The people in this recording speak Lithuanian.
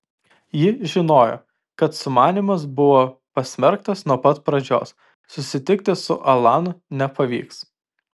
ji žinojo kad sumanymas buvo pasmerktas nuo pat pradžios susitikti su alanu nepavyks